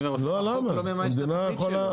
אני אומר החוק לא מממש את התפקיד שלו.